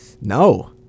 No